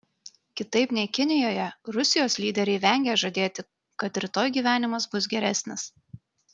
kitaip nei kinijoje rusijos lyderiai vengia žadėti kad rytoj gyvenimas bus geresnis